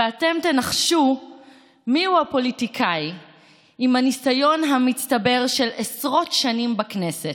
ואתם תנחשו מיהו הפוליטיקאי עם הניסיון המצטבר של עשרות שנים בכנסת,